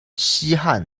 西汉